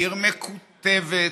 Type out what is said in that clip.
עיר מקוטבת,